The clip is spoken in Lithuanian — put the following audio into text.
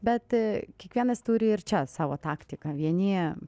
bet kiekvienas turi ir čia savo taktiką vieni